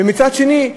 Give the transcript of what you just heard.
ומצד שני,